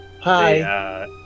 hi